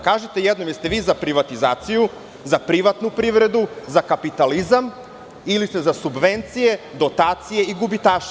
Kažite jednom – jeste li vi za privatizaciju, za privatnu privredu, za kapitalizam ili ste za subvencije, dotacije i gubitaše?